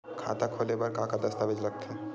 खाता खोले बर का का दस्तावेज लगथे?